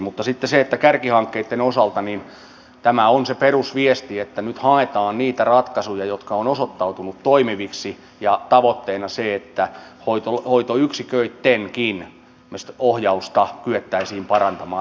mutta sitten kärkihankkeitten osalta tämä on se perusviesti että nyt haetaan niitä ratkaisuja jotka ovat osoittautuneet toimiviksi ja tavoitteena on se että hoitoyksiköittenkin ohjausta kyettäisiin parantamaan